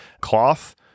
cloth